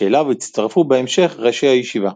שאליו הצטרפו בהמשך ראשי הישיבה.